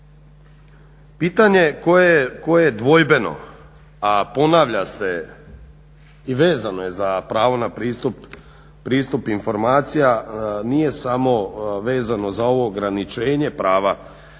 Pitanje koje je dvojbeno, a ponavlja se i vezano je za pravo na pristup informacijama nije samo vezano za ovo ograničenje prava na